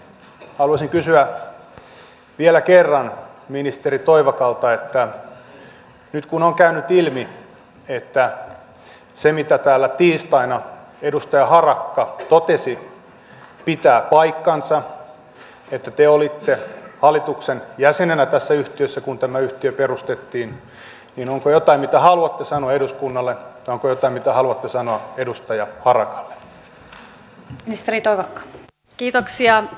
haluaisin kysyä vielä kerran ministeri toivakalta että nyt kun on käynyt ilmi että se mitä täällä tiistaina edustaja harakka totesi pitää paikkansa että te olitte hallituksen jäsenenä tässä yhtiössä kun tämä yhtiö perustettiin niin onko jotain mitä haluatte sanoa eduskunnalle ja onko jotain mitä haluatte sanoa edustaja harakalle